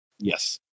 yes